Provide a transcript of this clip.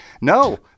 No